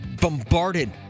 bombarded